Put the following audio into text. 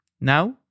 Now